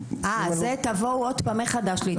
אה זה, תבואו עוד פעם מחדש להתחנן.